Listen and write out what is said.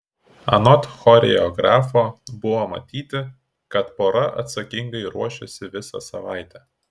anot choreografo buvo matyti kad pora atsakingai ruošėsi visą savaitę